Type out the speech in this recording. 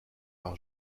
par